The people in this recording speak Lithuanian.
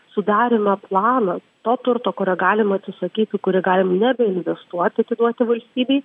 sudarėme planą to turto kurio galima atsisakyti į kurį galim nebeinvestuoti atiduoti valstybei